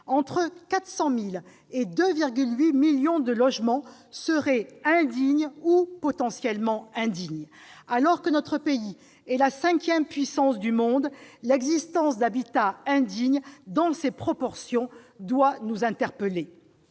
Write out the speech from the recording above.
Entre 400 000 et 2,8 millions de logements seraient indignes ou potentiellement indignes. Alors que notre pays est la cinquième puissance du monde, l'existence d'habitats indignes dans ces proportions doit nous interpeller.